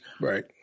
Right